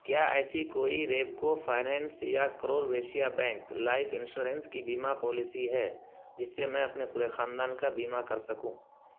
کیا ایسی کوئی ریپکو فائنانس یا Karur Vysya bank life insurance کی بیمہ پالیسی ہے جس سے میں اپنے پورے خاندان کا بیمہ کر سکوں